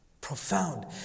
Profound